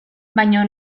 baina